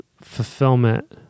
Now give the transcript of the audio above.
fulfillment